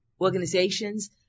organizations